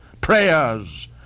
prayers